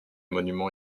monuments